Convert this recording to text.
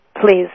Please